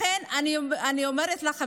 לכן אני אומרת לך,